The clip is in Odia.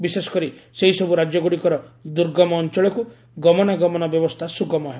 ବିଶେଷକରି ସେହିସବୁ ରାଜ୍ୟଗୁଡ଼ିକର ଦୁର୍ଗମ ଅଞ୍ଚଳକୁ ଗମନାଗମନ ବ୍ୟବସ୍ଥା ସୁଗମ ହେବ